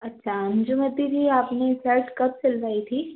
अच्छा अंजूमति जी आपने सर्ट कब सिलवाई थी